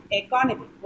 economy